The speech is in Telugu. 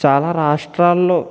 చాలా రాష్ట్రాల్లో